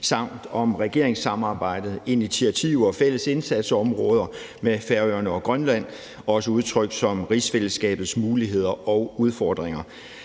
samt om regeringssamarbejdet, initiativer og fælles indsatsområder med Færøerne og Grønland, også udtrykt som rigsfællesskabets muligheder og udfordringer.